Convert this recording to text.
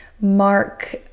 mark